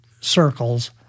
circles